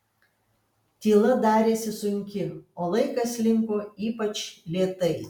tyla darėsi sunki o laikas slinko ypač lėtai